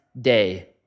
day